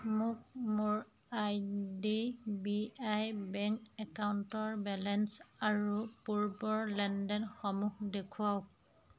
মোক মোৰ I D B I বেংকৰ একাউণ্টৰ বেলেঞ্চ আৰু পূৰ্বৰ লেনদেনসমূহ দেখুৱাওক